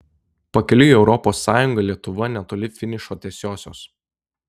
pakeliui į europos sąjungą lietuva netoli finišo tiesiosios